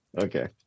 Okay